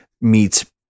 meets